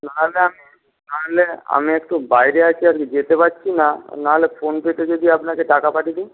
তাহলে আমি তাহলে আমি একটু বাইরে আছি আজকে যেতে পারছিনা নাহলে ফোনপেতে যদি আপনাকে টাকা পাঠিয়ে দিই